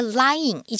lying